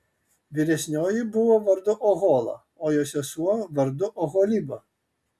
vyresnioji buvo vardu ohola o jos sesuo vardu oholiba